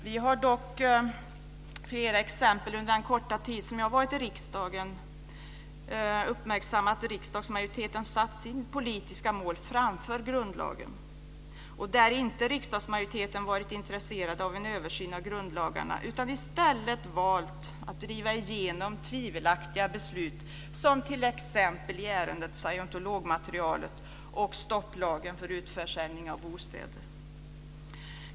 Det finns dock flera exempel under den korta tid som jag har varit i riksdagen där jag har uppmärksammat hur riksdagsmajoriteten har satt sina politiska mål framför grundlagen och där riksdagsmajoriteten inte har varit intresserad av en översyn av grundlagarna, utan i stället valt att driva igenom tvivelaktiga beslut, som t.ex. i ärendet med scientologmaterialet och stopplagen för utförsäljning av bostäder.